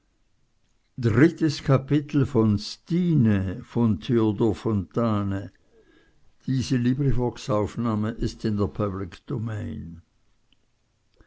langes kapitel stine